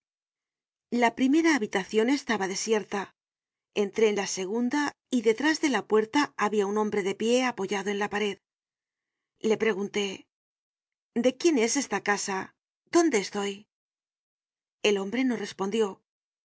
la primera habitacion estaba desierta entré en la segunda y de trás de la puerta habia un hombre de pie apoyado en la pared le pre gunté de quién es esta casa dónde estoy el hombre no respon